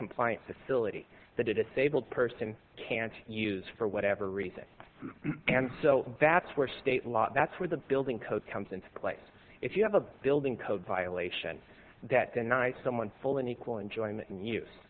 compliance facility that a stable person can't use for whatever reason and so that's where state law that's where the building code comes into place if you have a building code violation that deny someone full and equal enjoyment and use